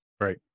Right